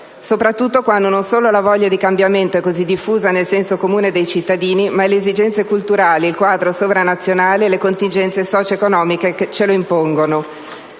soprattutto quando non solo la voglia di cambiamento è così diffusa nel senso comune dei cittadini, ma anche le esigenze culturali, il quadro sovranazionale e le contingenze socio economiche ce lo impongono.